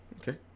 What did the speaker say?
Okay